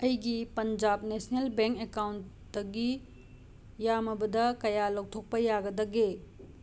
ꯑꯩꯒꯤ Punjab national bank ꯑꯦꯀꯥꯎꯟꯇꯒꯤ ꯌꯥꯝꯂꯕꯗ ꯀꯌꯥ ꯂꯧꯊꯣꯛꯄ ꯌꯥꯒꯗꯒꯦ